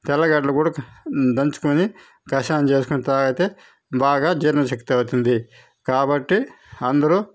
తెల్లగడ్డలు కూడా దంచుకుని కషాయం చేసుకుని తాగితే బాగా జీర్ణశక్తి అవుతుంది కాబట్టి అందరూ